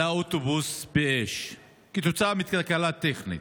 עלה אוטובוס באש כתוצאה מתקלה טכנית.